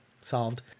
solved